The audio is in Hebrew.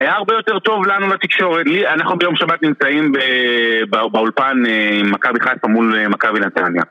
היה הרבה יותר טוב לנו לתקשורת, מי? אנחנו ביום שבת נמצאים ב... ב, באולפן אה... מכבי חיפה מול אה... מכבי נתניה.